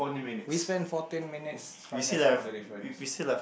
we spent fourteen minutes trying to spot the difference